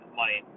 money